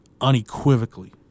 unequivocally